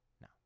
No